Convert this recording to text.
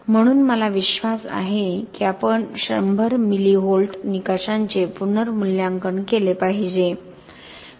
म्हणून मला विश्वास आहे की आपण 100 मिली व्होल्ट निकषांचे पुनर्मूल्यांकन केले पाहिजे